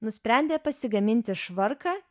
nusprendė pasigaminti švarką